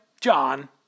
John